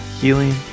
healing